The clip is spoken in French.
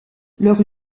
leur